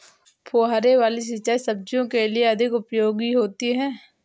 फुहारे वाली सिंचाई सब्जियों के लिए अधिक उपयोगी होती है?